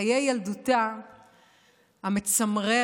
חיי ילדותה המצמררת.